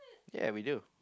ya we do